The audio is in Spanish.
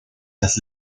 las